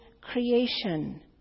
creation